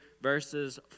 verses